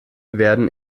werden